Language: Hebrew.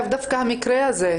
לאו דווקא המקרה הזה,